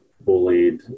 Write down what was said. bullied